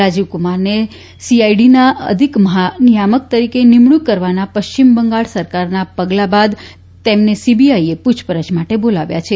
રાજીવ્કમારને સીઆઈડીના અધિક મહાનિયામક તરીકે નિમણુંક કરવાના પશ્ચિમ બંગાળ સરકારના પગલા બાદ તેમને સીબીઆઈએ પૂછપરછ માટે બોલાવ્યા છે